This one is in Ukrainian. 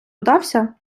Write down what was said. удався